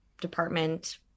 department